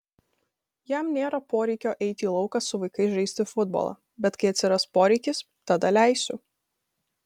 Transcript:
jam nėra poreikio eiti į lauką su vaikais žaisti futbolą bet kai atsiras poreikis tada leisiu